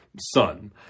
son